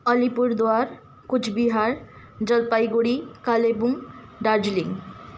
Alipurduar Cooch Behar Jalpaiguri Kalimpong Darjeeling